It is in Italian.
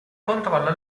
controlla